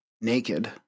naked